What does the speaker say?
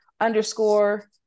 underscore